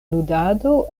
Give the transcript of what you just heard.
ludado